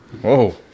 Whoa